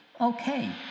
Okay